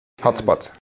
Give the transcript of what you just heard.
hotspots